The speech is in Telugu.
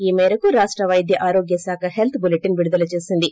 ఈ మేరికు రాష్ట వైద్య ఆరోగ్య శాఖ హెల్త్ బులెటిన్ విడుదల చేసింది